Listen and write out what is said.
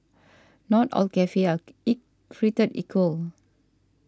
not all cafes are created equal